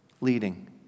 leading